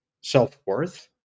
self-worth